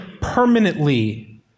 permanently